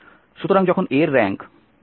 সুতরাং যখন A এর র্যাঙ্ক A